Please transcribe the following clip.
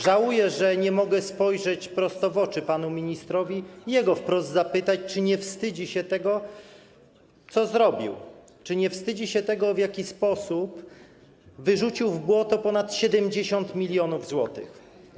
Żałuję, że nie mogę spojrzeć prosto w oczy panu ministrowi, jego wprost zapytać, czy nie wstydzi się tego, co zrobił, czy nie wstydzi się tego, w jaki sposób wyrzucił w błoto ponad 70 mln zł.